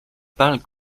parlent